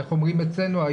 איך אומרים אצלנו,